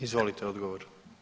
Izvolite odgovor.